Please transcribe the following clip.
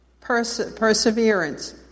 perseverance